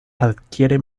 adquiere